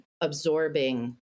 absorbing